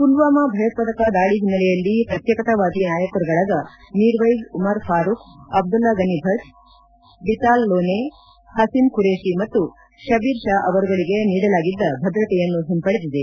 ಪುಲ್ನಾಮಾ ಭಯೋತ್ಪಾದಕ ದಾಳಿ ಹಿನ್ನೆಲೆಯಲ್ಲಿ ಪ್ರತ್ಯೇಕತಾವಾದಿ ನಾಯಕರುಗಳಾದ ಮಿರ್ವೈಜ್ ಉಮರ್ ಫಾರೂಕ್ ಅಬ್ಲಲ್ಲಾ ಗನಿ ಭಚ್ ಬಿತಾಲ್ ಲೋನೆ ಹಸೀಮ್ ಖುರೇಶಿ ಮತ್ತು ಶಬೀರ್ ಶಾ ಅವರುಗಳಿಗೆ ನೀಡಲಾಗಿದ್ದ ಭದ್ರತೆಯನ್ನು ಹಿಂಪಡೆದಿದೆ